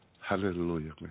hallelujah